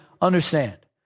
understand